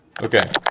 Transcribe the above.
Okay